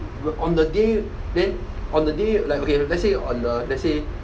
o~ on the day then on the day like okay let's say on the let's say